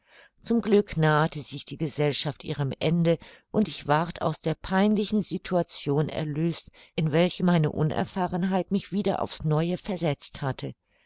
zum glück nahte sich die gesellschaft ihrem ende und ich ward aus der peinlichen situation erlöst in welche meine unerfahrenheit mich wieder aufs neue versetzt hatte